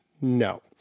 no